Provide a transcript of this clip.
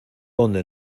donde